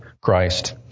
Christ